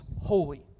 holy